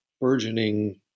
burgeoning